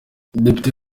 depite